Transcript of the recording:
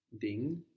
Ding